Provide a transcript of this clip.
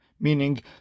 meaning